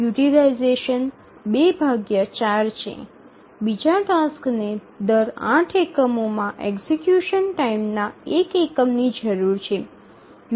યુટીલાઈઝેશનછે બીજા ટાસ્કને દર 8 એકમોમાં એક્ઝિકયુશન ટાઇમના 1 એકમની જરૂર છે